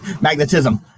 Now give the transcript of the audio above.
magnetism